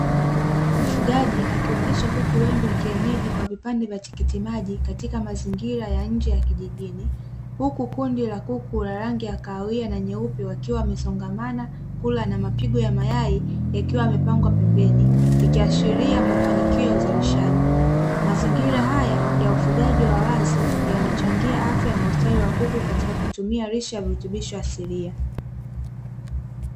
Mfugaji akiwalisha kuku wengi wa kienyeji kwa vipande vya tikiti maji katika mazingira ya nje ya kijijini, huku kundi la kuku la rangi ya kawia na nyeupe wakiwa wamesongamana kula na mapigo ya mayai yakiwa yamepangwa pembeni ikiashiria mafanikio ya uzalishaji. Mazingira haya ya ufugaji wa wazi yanachangia afya na ustawi wa kuku katika kutumia lishe ya virutubisho asilia.